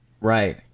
Right